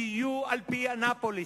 תהיו על-פי אנאפוליס,